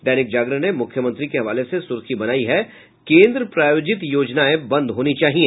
दैनिक जागरण ने मुख्यमंत्री के हवाले से सुर्खी बनायी है केन्द्र प्रायोजित योजनाएं बंद होनी चाहिए